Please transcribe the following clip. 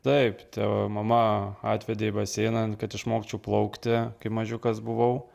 taip tai mama atvedė į baseiną kad išmokčiau plaukti kai mažiukas buvau